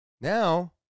Now